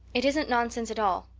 it isn't nonsense at all,